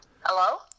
Hello